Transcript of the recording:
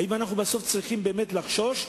האם אנחנו בסוף צריכים באמת לחשוש,